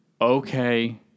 okay